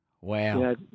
Wow